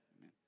Amen